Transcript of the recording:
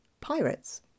pirates